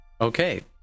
Okay